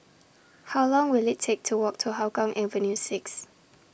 How Long Will IT Take to Walk to Hougang Avenue six